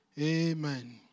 amen